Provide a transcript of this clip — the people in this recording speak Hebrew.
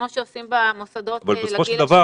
כמו שעושים במוסדות לגיל השלישי.